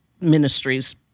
ministries